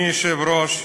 אדוני היושב-ראש,